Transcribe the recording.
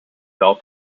bell